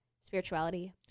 spirituality